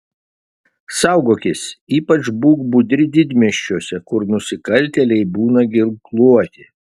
saugokis ypač būk budri didmiesčiuose kur nusikaltėliai būna ginkluoti